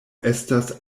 estas